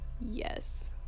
Yes